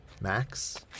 Max